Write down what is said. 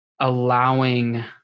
allowing